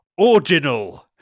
original